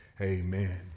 Amen